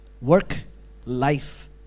Work-life